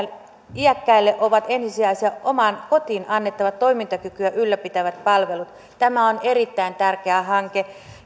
iäkkäille ovat ensisijaisia omaan kotiin annettavat toimintakykyä ylläpitävät palvelut tämä on erittäin tärkeä hanke